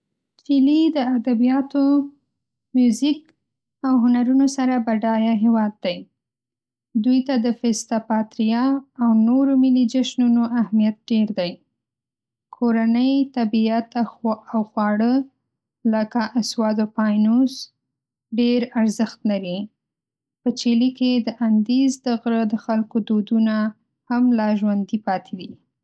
چیلي د ادبیاتو، میوزیک او هنرونو سره بډایه هېواد دی. دوی ته د "فستا پاتریا" او نورو ملي جشنونو اهمیت ډېر دی. کورنۍ، طبیعت او خواړه، لکه "اسوادو پاینوس" ډېر ارزښت لري. په چیلي کې د اندیز د غره د خلکو دودونه هم لا ژوندي پاتې دي.